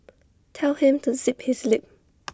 tell him to zip his lip